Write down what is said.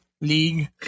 league